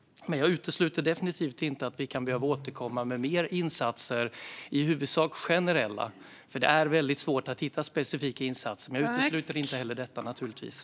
Men jag utesluter definitivt inte att vi kan behöva återkomma med mer insatser - i huvudsak generella, för det är väldigt svårt att hitta specifika insatser. Men jag utesluter naturligtvis som sagt inte heller detta.